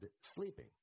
sleeping